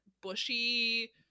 bushy